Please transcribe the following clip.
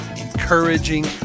encouraging